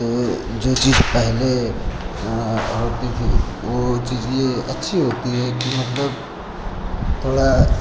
तो जो चीज पहले होती थी वो चीज ये अच्छी होती है कि मतलब थोड़ा